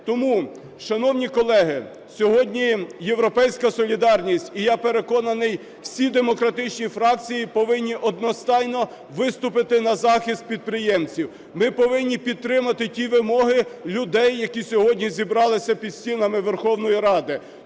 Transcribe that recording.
Тому, шановні колеги, сьогодні "Європейська солідарність", і я переконаний, всі демократичні фракції повинні одностайно виступити на захист підприємців. Ми повинні підтримати ті вимоги людей, які сьогодні зібралися під стінами Верховної Ради.